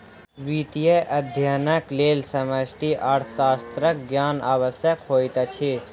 वित्तीय अध्ययनक लेल समष्टि अर्थशास्त्रक ज्ञान आवश्यक होइत अछि